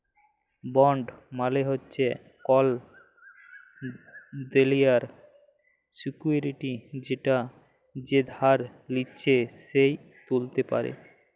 bond মালে হচ্যে call দেলার সিকুইরিটি যেটা যে ধার লিচ্ছে সে ত্যুলতে পারে